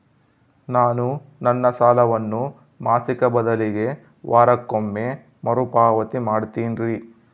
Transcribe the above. ನಾನು ನನ್ನ ಸಾಲವನ್ನು ಮಾಸಿಕ ಬದಲಿಗೆ ವಾರಕ್ಕೊಮ್ಮೆ ಮರುಪಾವತಿ ಮಾಡ್ತಿನ್ರಿ